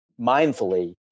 mindfully